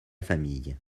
famille